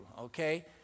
Okay